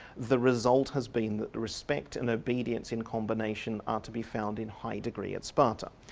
the result has been that the respect and obedience in combination are to be found in high degree at sparta'.